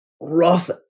rough